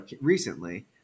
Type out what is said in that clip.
recently